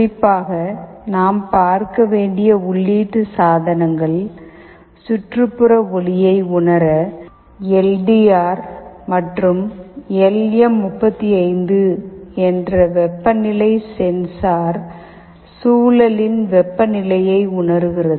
குறிப்பாக நாம் பார்க்க வேண்டிய உள்ளீட்டு சாதனங்கள் சுற்றுப்புற ஒளியை உணர எல் டி ஆர் மற்றும் எல் எம் 35 என்ற வெப்பநிலை சென்சார் சூழலின் வெப்பநிலையை உணர்கிறது